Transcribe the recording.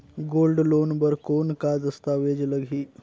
Gold loan बर कौन का दस्तावेज लगही?